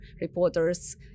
reporters